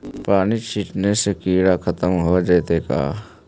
बानि छिटे से किड़ा खत्म हो जितै का?